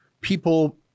people